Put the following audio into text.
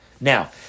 Now